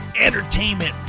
entertainment